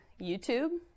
YouTube